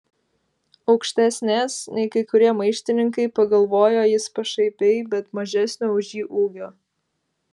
aukštesnės nei kai kurie maištininkai pagalvojo jis pašaipiai bet mažesnio už jį ūgio